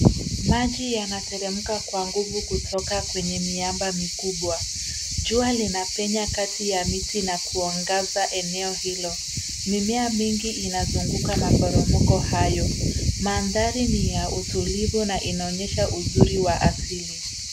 Maji yanateremka kwa nguvu kutoka kwenye miamba mikubwa. Jua linapenya kati ya miti na kuangaza eneo hilo. Mimea mingi inazunguka maporomoko hayo. Mandhari ni ya utulivu na inaonyesha uzuri wa asili.